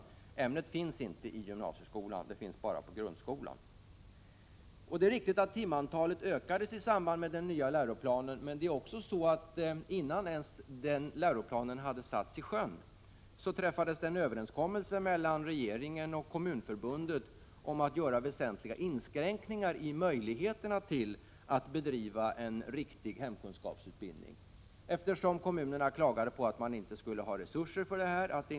Men det ämnet förekommer inte i gymnasieskolan utan bara i grundskolan. Det är riktigt att timantalet utökades i samband med den nya läroplanen. Men innan läroplanen ens så att säga hade satts i sjön, träffades en överenskommelse mellan regeringen och Kommunförbundet om väsentliga inskränkningar i möjligheterna att bedriva en riktig hemkunskapsutbildning. Kommunerna klagade nämligen över att man inte skulle ha resurser för det här ändamålet.